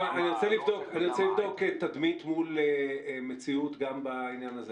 אני רוצה לבדוק תדמית מול מציאות גם בעניין הזה.